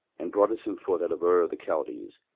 and broughtest him forth out of ur of the chaldees,